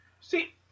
See